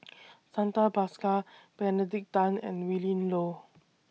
Santha Bhaskar Benedict Tan and Willin Low